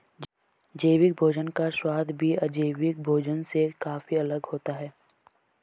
जैविक भोजन का स्वाद भी अजैविक भोजन से काफी अलग होता है